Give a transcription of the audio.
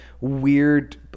weird